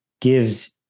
gives